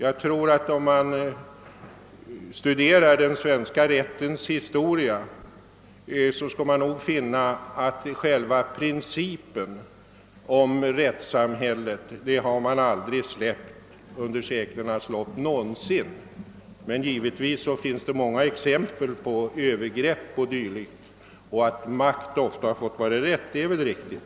Studerar man den svenska rättens historia skall man finna att själva principen om rättssamhället har det aldrig gjorts avkall på under seklernas lopp. Men givetvis finns det många exempel på övergrepp o. d., och att makt ofta fått vara rätt är väl riktigt.